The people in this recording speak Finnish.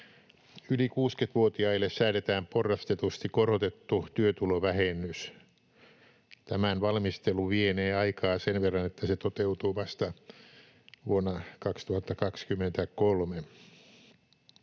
Yli 60-vuotiaille säädetään porrastetusti korotettu työtulovähennys. Tämän valmistelu vienee aikaa sen verran, että se toteutuu vasta vuonna 2023.